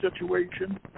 situation